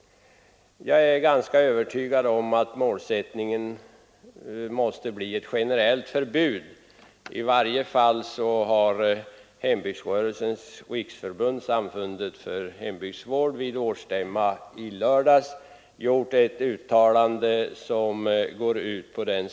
Jag tror att målsättningen även i vårt land måste bli ett generellt förbud. I varje fall har Samfundet för hembygdsvård vid sin årsstämma i lördags gjort ett uttalande i den riktningen.